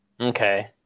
Okay